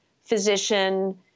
physician